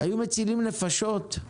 היו מצילים נפשות,